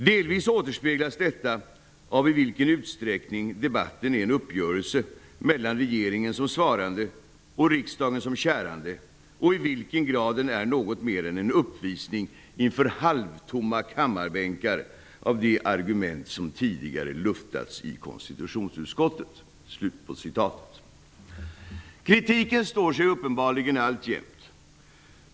Delvis återspeglas detta av i vilken utsträckning debatten är en uppgörelse mellan regeringen som svarande och riksdagen som kärande och i vilken grad den är något mera än en uppvisning inför halvtomma kammarbänkar av de argument som tidigare luftats i konstitutionsutskottet.'' Kritiken står sig uppenbarligen alltjämt.